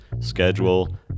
schedule